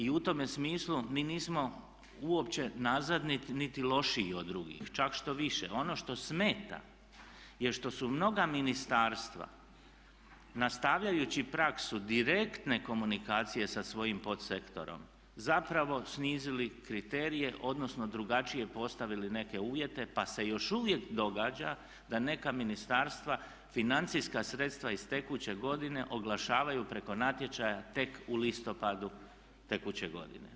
I u tome smislu mi nismo uopće nazadni niti lošiji od drugih, čak štoviše ono što smeta je što su mnoga ministarstva nastavljajući praksu direktne komunikacije sa svojim pod sektorom zapravo snizili kriterije odnosno drugačije postavili neke uvjete pa se još uvijek događa da neka ministarstva financijska sredstva iz tekuće godine oglašavaju preko natječaja tek u listopadu tekuće godine.